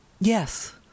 yes